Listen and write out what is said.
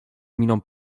miną